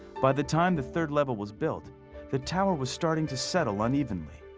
by the time the third level was built the tower was starting to settle unevenly.